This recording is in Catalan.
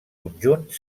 conjunt